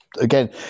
again